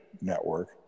network